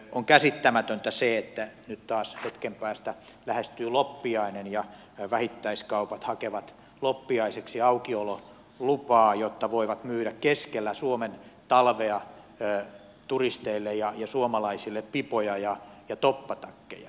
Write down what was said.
on käsittämätöntä että nyt taas hetken päästä lähestyy loppiainen ja vähittäiskaupat hakevat loppiaiseksi aukiololupaa jotta voivat myydä keskellä suomen talvea turisteille ja suomalaisille pipoja ja toppatakkeja